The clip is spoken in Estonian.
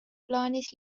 plaanis